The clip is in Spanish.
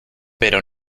pero